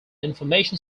information